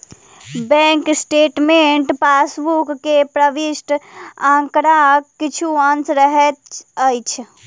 bank statement passbook मे प्रविष्ट आंकड़ाक किछु अंश रहैत अछि